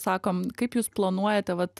sakom kaip jūs planuojate vat